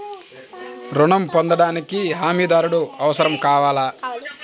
ఋణం పొందటానికి హమీదారుడు అవసరం కావాలా?